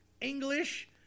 English